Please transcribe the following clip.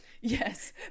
Yes